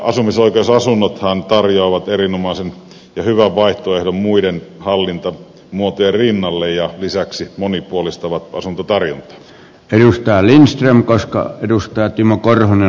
asumisoikeusasunnothan tarjoavat erinomaisen ja hyvän vaihtoehdon muiden hallintamuotojen rinnalle ja lisäksi monipuolistavat asuntotarjontaa ennustaa lindström koska edustaja timo korhonen